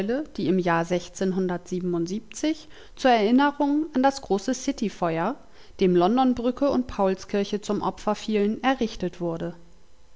die im jahre zur erinnerung an das große city feuer dem londonbrücke und paulskirche zum opfer fielen errichtet wurde